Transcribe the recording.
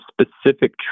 specific